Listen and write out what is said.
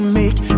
make